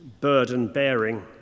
burden-bearing